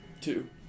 Two